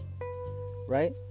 Right